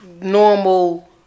Normal